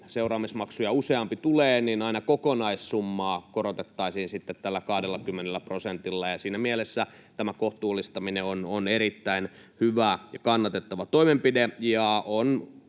seuraamusmaksu, niin aina kokonaissummaa korotettaisiin tällä 20 prosentilla. Siinä mielessä tämä kohtuullistaminen on erittäin hyvä ja kannatettava toimenpide.